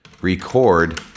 record